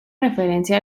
referencia